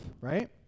Right